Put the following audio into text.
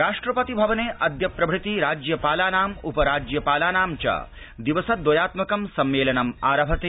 राष्ट्रपति भवने अद्य प्रभृति राज्यपालानाम् उप राज्यपालानां च दिवस द्वयात्मकं सम्मेलनम् आरभते